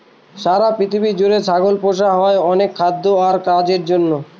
সারা পৃথিবী জুড়ে ছাগল পোষা হয় অনেক খাদ্য আর কাজের জন্য